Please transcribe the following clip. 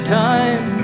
time